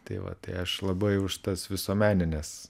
tai vat tai aš labai už tas visuomenines